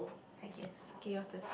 I guess K your turn